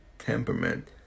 temperament